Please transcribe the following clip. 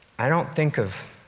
i don't think of,